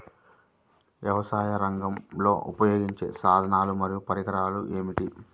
వ్యవసాయరంగంలో ఉపయోగించే సాధనాలు మరియు పరికరాలు ఏమిటీ?